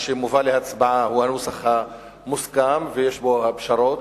שמובא להצבעה הוא הנוסח המוסכם ויש בו פשרות,